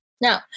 Now